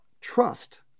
trust